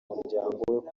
umuryango